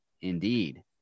Indeed